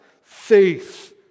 faith